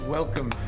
Welcome